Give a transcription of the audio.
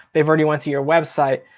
they've already went to your website.